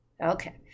Okay